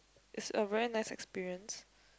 it's a very nice experience